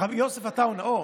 חבר הכנסת עטאונה,